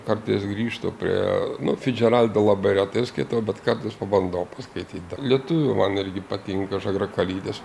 kartais grįžtu prie nu fidžeraldą labai retai skaitau bet kartais pabandau paskaityti dar lietuvių man irgi patinka žagrakalytės